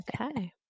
Okay